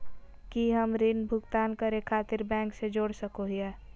की हम ऋण भुगतान करे खातिर बैंक से जोड़ सको हियै?